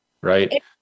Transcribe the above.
right